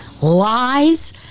lies